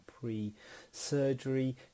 pre-surgery